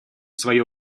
свое